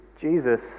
Jesus